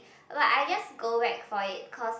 but I just go back for it because